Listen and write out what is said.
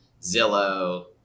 Zillow